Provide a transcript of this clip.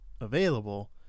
available